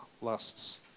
lusts